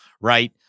right